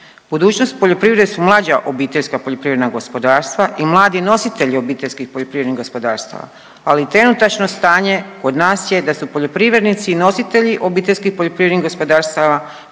Budućnost poljoprivrede su mlađa obiteljska poljoprivredna gospodarstva i mladi nositelji obiteljskih poljoprivrednih gospodarstava, ali i trenutačno stanje kod nas je da su poljoprivrednici i nositelji obiteljskih poljoprivrednih gospodarstava